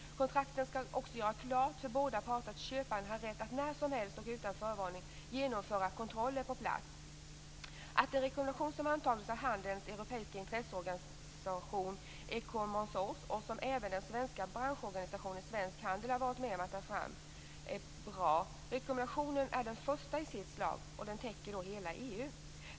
Kontrakten skall också göra klart för båda parter att köparen har rätt att när som helst och utan förvarning genomföra kontroller på plats. En rekommendation som har antagits av handelns europeiska intresseorganisation, Eurocommerce, och som även den svenska branschorganisationen, Svensk Handel, har varit med om att ta fram är bra. Rekommendationen är den första i sitt slag, och den täcker hela EU.